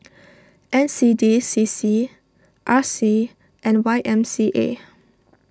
N C D C C R C and Y M C A